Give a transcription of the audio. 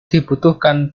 dibutuhkan